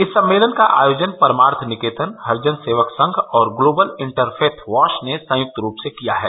इस सम्मेलन का आयोजन परमार्थ निकेतन हरिजन सेवक संघ और ग्लोबल इंटरफेथ वाश ने संयुक्त रूप से किया है